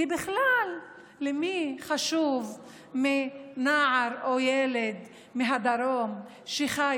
כי למי בכלל אכפת מנער או מילד מהדרום שחי